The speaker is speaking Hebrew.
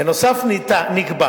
בנוסף נקבע